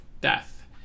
death